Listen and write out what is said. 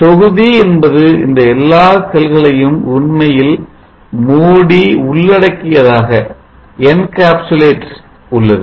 தொகுதி என்பது இந்த எல்லா செல்களையும் உண்மையில் மூடி உள்ளடக்கியதாக உள்ளது